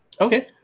Okay